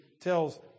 tells